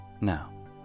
Now